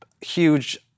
huge